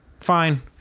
Fine